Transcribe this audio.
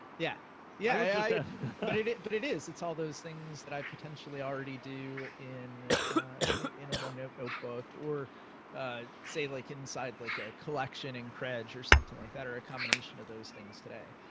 yeah, yeah i mean but it is. it's all those things that i potentially already do in in a onenote notebook or ah say like inside like a collection in credge or something like that, or a combination of those things today.